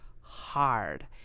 hard